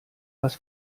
was